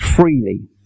freely